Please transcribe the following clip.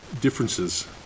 differences